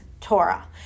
Torah